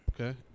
Okay